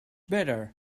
better